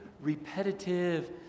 repetitive